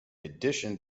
addition